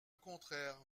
contraire